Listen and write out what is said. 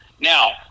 Now